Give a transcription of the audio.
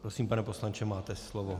Prosím, pane poslanče, máte slovo.